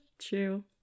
True